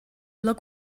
look